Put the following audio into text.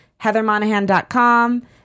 heathermonahan.com